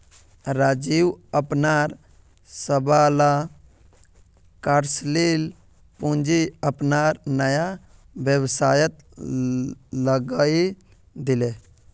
राजीव अपनार सबला कार्यशील पूँजी अपनार नया व्यवसायत लगइ दीले